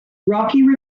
rocky